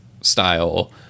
style